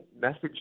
message